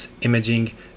Imaging